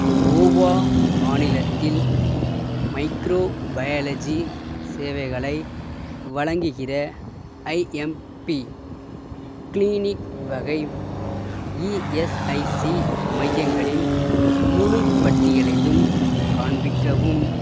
கோவா மாநிலத்தில் மைக்ரோபயாலஜி சேவைகளை வழங்குகிற ஐஎம்பி க்ளினிக் வகை இஎஸ்ஐசி மையங்களின் முழுப் பட்டியலையும் காண்பிக்கவும்